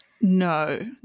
No